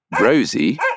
Rosie